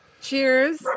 Cheers